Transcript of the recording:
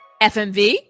FMV